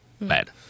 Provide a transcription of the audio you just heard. bad